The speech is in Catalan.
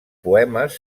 poemes